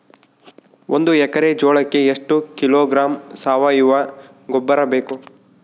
ಒಂದು ಎಕ್ಕರೆ ಜೋಳಕ್ಕೆ ಎಷ್ಟು ಕಿಲೋಗ್ರಾಂ ಸಾವಯುವ ಗೊಬ್ಬರ ಬೇಕು?